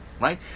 right